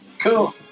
Cool